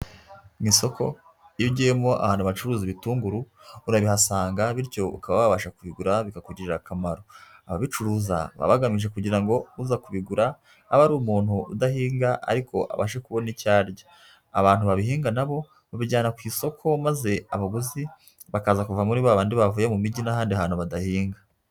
Mu isoko iyo ugiyemo ahantu bacuruza ibitunguru, urabihasanga, bityo ukaba wabasha kugura bikakugirira akamaro, ababicuruza baba bagamije kugira ngo uza kubigura, aba ari umuntu udahinga, ariko abashe kubona icyo arya. Abantu babihinga nabo babijyana ku isoko, maze abaguzi bakaza kuva muri ba bandi bavuye mu mijyi, n'ahandi hantu badahinga.